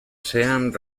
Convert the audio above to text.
sean